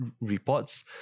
reports